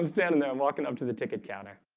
i'm standing there. i'm walking up to the ticket counter